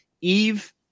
Eve